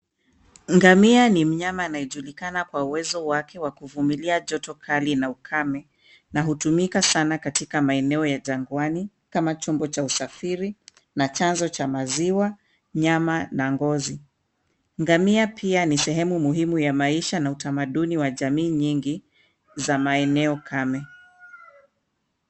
Ngamia ni mnyama anayejulikana kwa uwezo wake wa kuvumilia joto kali na ukame na hutumika sana katika maeneo ya jangwani kama chombo cha usafiri na chanzo cha maziwa, nyama na ngozi. Ngamia pia ni sehemu muhimu ya maisha na utamaduni wa jamii nyingi, za maeneo kame.